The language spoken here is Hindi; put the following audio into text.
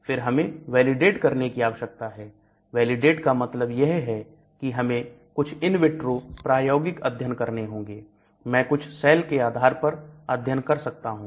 फिर हमें वैलिडेट करने की आवश्यकता है वैलिडेट का मतलब यह है कि हमें कुछ इन विट्रो प्रायोगिक अध्ययन करने होंगे मैं कुछ सेल के आधार पर अध्ययन कर सकता हूं